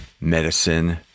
medicine